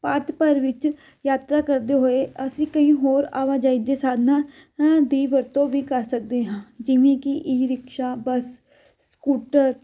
ਭਾਰਤ ਭਰ ਵਿੱਚ ਯਾਤਰਾ ਕਰਦੇ ਹੋਏ ਅਸੀਂ ਕਈ ਹੋਰ ਆਵਾਜਾਈ ਦੇ ਸਾਧਨਾਂ ਦੀ ਵਰਤੋਂ ਵੀ ਕਰ ਸਕਦੇ ਹਾਂ ਜਿਵੇਂ ਕਿ ਈ ਰਿਕਸ਼ਾ ਬੱਸ ਸਕੂਟਰ